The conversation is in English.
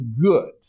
good